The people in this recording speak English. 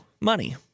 money